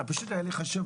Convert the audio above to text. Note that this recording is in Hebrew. פשוט היה לי חשוב,